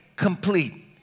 complete